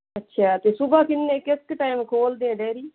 ਅੱਛਾ ਅਤੇ ਸੁਬਹਾ ਕਿੰਨੇ ਕਿਸ ਕੁ ਟਾਈਮ ਖੋਲ੍ਹਦੇ ਡੈਰੀ